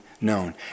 known